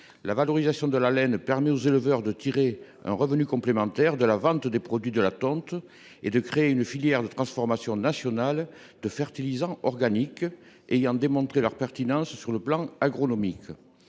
La valorisation de la laine permet aux éleveurs de tirer un revenu complémentaire de la vente des produits de la tonte et de créer une filière de transformation nationale de fertilisants organiques ayant démontré leur pertinence sur le plan agronomique.